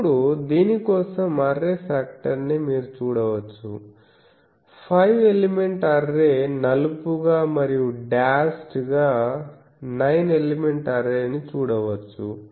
ఇప్పుడు దీని కోసం అర్రే ఫాక్టర్ ని మీరు చూడవచ్చు 5 ఎలిమెంట్ అర్రే నలుపుగా మరియు డాష్ గా 9 ఎలిమెంట్ అర్రేని చూడవచ్చు